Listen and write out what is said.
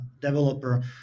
developer